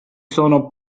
sono